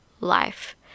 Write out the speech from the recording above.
life